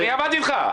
אני עבדתי איתך.